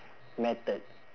method